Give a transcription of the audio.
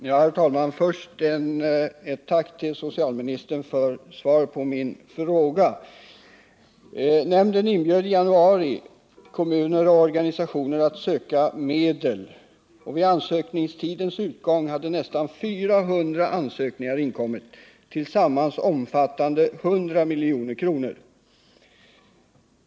Herr talman! Först ett tack till socialministern för svaret på min fråga. Socialstyrelsens nämnd för alkoholfrågor inbjöd i januari kommuner och organisationer att ansöka om medel för den här verksamheten, och vid ansökningstidens utgång hade nästan 400 ansökningar inkommit till en sammanlagd kostnad av 100 milj.kr.